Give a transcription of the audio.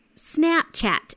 Snapchat